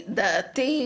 ודעתי,